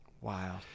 Wow